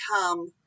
come